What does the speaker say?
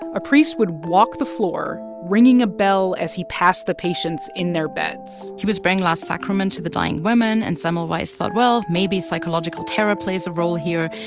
a priest would walk the floor ringing a bell as he passed the patients in their beds he was bringing last sacrament to the dying women. and semmelweis thought, well, maybe psychological terror plays a role here.